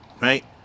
Right